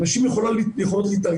נשים יכולות להתארגן,